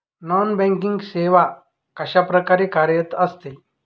Non banking सेवा कशाप्रकारे कार्यरत असते?